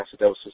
acidosis